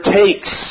takes